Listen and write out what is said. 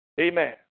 Amen